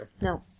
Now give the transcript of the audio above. No